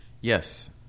Yes